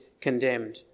condemned